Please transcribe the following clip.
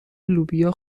لوبیا